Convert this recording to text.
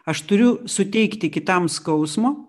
aš turiu suteikti kitam skausmo